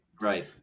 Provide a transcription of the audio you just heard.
right